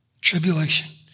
tribulation